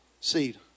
seed